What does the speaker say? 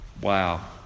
Wow